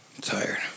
tired